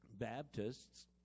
Baptists